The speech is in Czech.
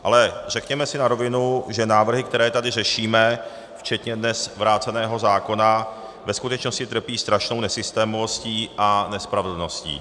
Ale řekněme si na rovinu, že návrhy, které tady řešíme, včetně dnes vráceného zákona, ve skutečnosti trpí strašnou nesystémovostí a nespravedlností.